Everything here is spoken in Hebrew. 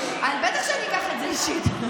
בטח שאני אקח את זה אישית.